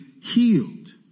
healed